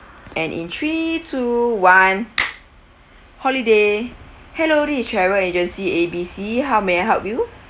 and in three two one holiday hello this travel agency A B C how may I help you